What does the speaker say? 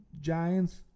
Giants